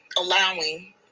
allowing